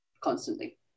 Constantly